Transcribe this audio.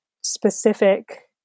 specific